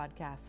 Podcast